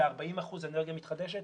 עושות ל-40 אחוזים אנרגיה מתחדשת,